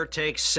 takes